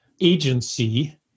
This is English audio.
agency